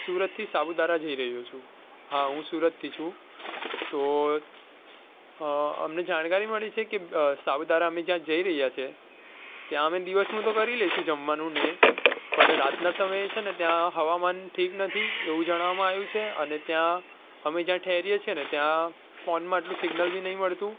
સુરતથી સાપુતારા જઈ રહ્યો છું હા હું સુરતથી છું તો અમને જાણકારી મળી છે કે સાપુતારા અમે જ્યાં જઈ રહ્યા છીએ ત્યાં અમે દિવસનું તો કરી લઇશું જમવાનું ને એ પણ રાતના સમયે છે ને ત્યાં હવામાન ઠીક નથી એવું જણાવવામાં આવ્યું છે અને ત્યાં અમે જ્યાં ઠેરીએ છીએ ને ત્યાં ફોનમાં એટલું સિગ્નલ બી નથી મળતું